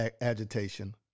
agitation